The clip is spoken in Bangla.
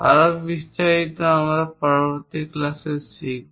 আরও বিস্তারিত আমরা পরবর্তী ক্লাসে শিখব